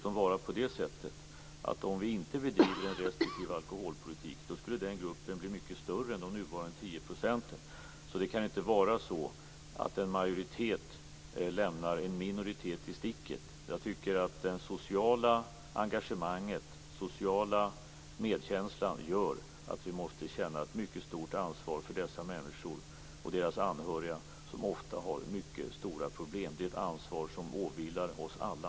Om vi inte bedriver en restriktiv alkoholpolitik skulle den gruppen bli större än nuvarande 10 %. Det kan inte vara så att en majoritet lämnar en minoritet i sticket. Det sociala engagemanget och den sociala medkänslan gör att vi måste känna ett mycket stort ansvar för dessa människor och deras anhöriga som ofta har stora problem. Det är ett ansvar som åvilar oss alla.